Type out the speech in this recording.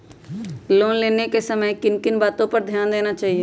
Loan लेने के समय किन किन वातो पर ध्यान देना चाहिए?